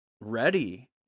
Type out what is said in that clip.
ready